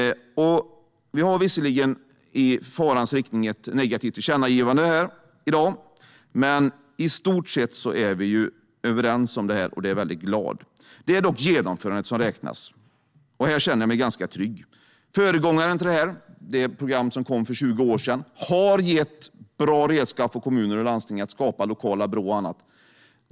Vi har visserligen i farans riktning ett negativt tillkännagivande här i dag, men i stort sett är vi överens om detta. Det är jag glad för. Det är dock genomförandet som räknas, och det känner jag mig ganska trygg med. Föregångaren till detta är ett program som kom för 20 år sedan, och det har gett bra redskap till kommuner och landsting för att skapa lokala Brå och annat.